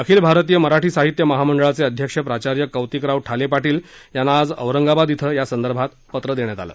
अखिल भारतीय मराठी साहित्य महामंडळाचे अध्यक्ष प्राचार्य कौतिकराव ठाले पाटील यांना आज औरंगाबाद इथं या संदर्भात पत्र देण्यात आलं